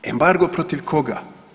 Embargo protiv koga.